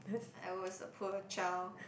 I was a poor child